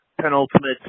penultimate